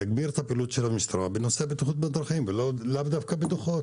להגביר את הפעילות של המשטרה בנושא בטיחות בדרכים ולאו דווקא בדוחות.